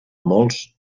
molts